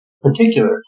particular